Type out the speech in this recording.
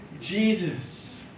Jesus